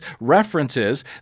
references